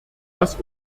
dass